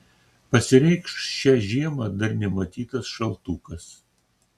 pasireikš šią žiemą dar nematytas šaltukas